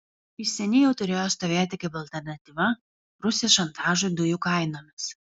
jis seniai jau turėjo stovėti kaip alternatyva rusijos šantažui dujų kainomis